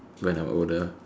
when I'm older